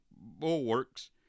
bulwarks